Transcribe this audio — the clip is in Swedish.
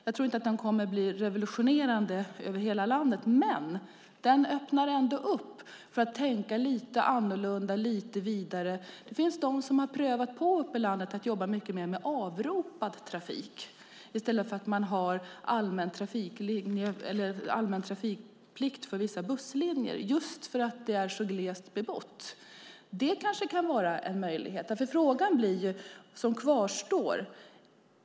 Jag tror inte att den kommer att bli revolutionerande över hela landet. Men den öppnar för att tänka lite annorlunda och lite vidare. Det finns de ute i landet som har prövat på att jobba mycket mer med avropad trafik i stället för att man har allmän trafikplikt för vissa busslinjer just för att det är så glest bebott. Det kanske kan vara en möjlighet. Frågan kvarstår.